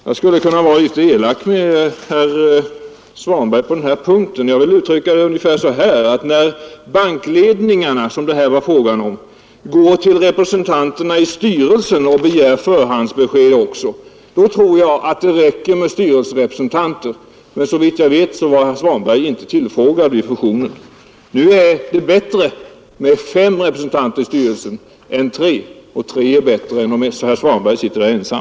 Jag skulle kunna vara litet elak mot herr Svanberg i hans egenskap av styrelseledamot i Enskilda banken. När bankledningarna, som det här var fråga om, går till representanterna i styrelsen och begär förhandsbesked, då tror jag att det räcker med styrelserepresentanter. Såvitt jag vet var herr Svanberg inte tillfrågad om fusionen. Nu är det emellertid bättre med fem representanter i styrelsen än med tre, och det är bättre med tre än att herr Svanberg sitter där ensam.